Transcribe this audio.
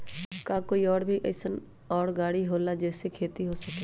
का कोई और भी अइसन और गाड़ी होला जे से खेती हो सके?